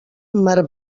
mar